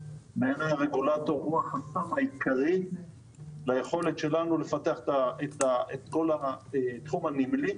בעיניי הרגולטור הוא החסם העיקרי ליכולת שלנו לפתח את כל תחום הנמלים.